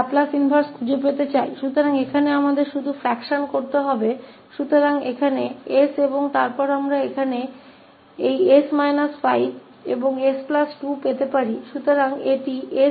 तो यहाँ s और हमारे पास यहाँ यह s 5 और 𝑠 2 प्राप्त कर सकते हैं